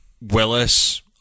Willis